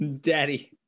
daddy